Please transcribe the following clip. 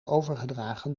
overgedragen